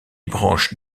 branches